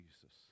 Jesus